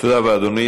תודה רבה, אדוני.